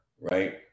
right